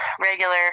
regular